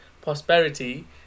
prosperity